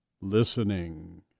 listening